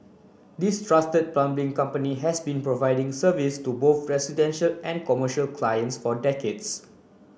this trusted plumbing company has been providing service to both residential and commercial clients for decades